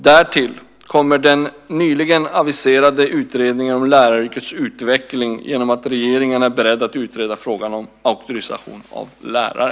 Därtill kommer den nyligen aviserade utredningen om läraryrkets utveckling genom att regeringen är beredd att utreda frågan om auktorisation av lärare.